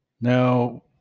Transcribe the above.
Now